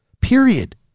period